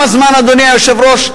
אדוני היושב-ראש,